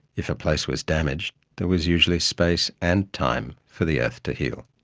if a place was damaged there was usually space and time for the earth to heal.